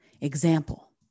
Example